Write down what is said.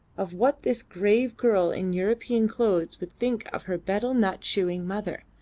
of what this grave girl in european clothes would think of her betel-nut chewing mother,